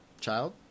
child